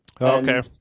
Okay